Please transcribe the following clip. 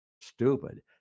stupid